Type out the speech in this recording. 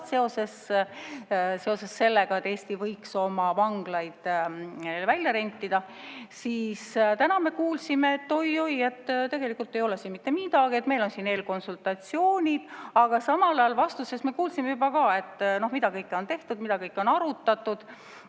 seoses sellega, et Eesti võiks oma vanglaid välja rentida, siis täna me kuulsime, et oi-oi, tegelikult ei ole siin mitte midagi, meil on eelkonsultatsioonid. Aga samal ajal vastusest me kuulsime ka seda, mida kõike on tehtud, mida kõike on arutatud,